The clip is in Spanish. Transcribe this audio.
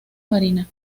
mina